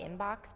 inbox